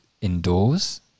indoors